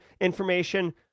information